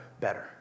better